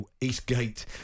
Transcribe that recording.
Eastgate